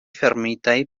fermitaj